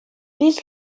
this